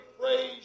praise